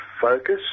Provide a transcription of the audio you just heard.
focus